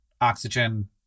oxygen